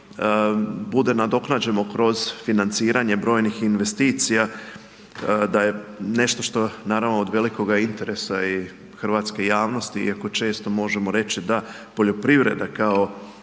bude nadoknađeno kroz financiranje brojnih investicija da je nešto što naravno od velikog interesa i hrvatske javnosti iako često možemo reći da poljoprivreda kao